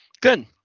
good